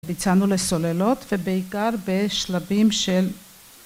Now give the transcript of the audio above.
ביצענו לסוללות ובעיקר בשלבים של